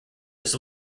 was